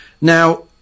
now